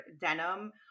denim